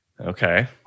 Okay